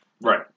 Right